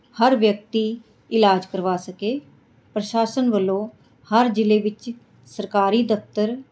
ਹਰ ਵਿਅਕਤੀ ਇਲਾਜ ਕਰਵਾ ਸਕੇ ਪ੍ਰਸ਼ਾਸਨ ਵੱਲੋਂ ਹਰ ਜ਼ਿਲ੍ਹੇ ਵਿੱਚ ਸਰਕਾਰੀ ਦਫ਼ਤਰ